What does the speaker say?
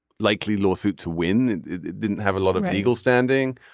likely lawsuit to win and it didn't have a lot of legal standing.